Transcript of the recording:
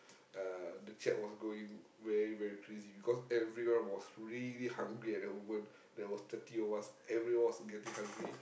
uh the chat was going very very crazy because everyone was really hungry at that moment there was thirty of us everyone of us was getting hungry